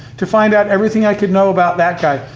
to find out everything i could know about that guy.